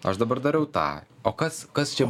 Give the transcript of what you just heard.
aš dabar darau tą o kas kas čia